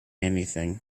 anything